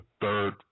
third